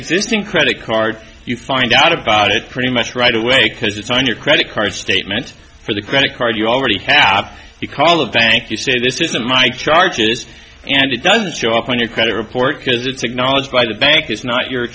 existing credit card you find out about it pretty much right away because it's on your credit card statement for the credit card you already have you call a bank you say this isn't my charges and it doesn't show up on your credit report because it's acknowledged by the bank it's not your